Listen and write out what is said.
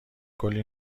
کلی